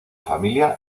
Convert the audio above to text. familia